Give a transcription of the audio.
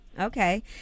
Okay